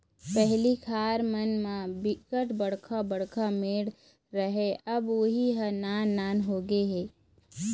पहिली खार मन म बिकट बड़का बड़का मेड़ राहय अब उहीं ह नान नान होगे हे